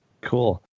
Cool